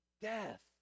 death